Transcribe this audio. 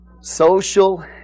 Social